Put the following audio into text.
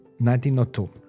1902